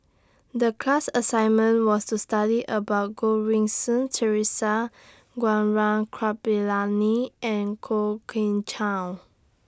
The class assignment was to study about Goh Rui Si Theresa Gaurav Kripalani and Kwok Kian Chow